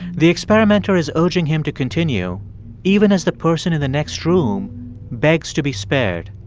the experimenter is urging him to continue even as the person in the next room begs to be spared.